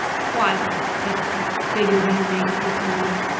why, what a pitiful figure do you make at this moment!